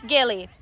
Gilly